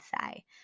say